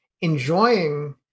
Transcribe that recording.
enjoying